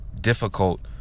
difficult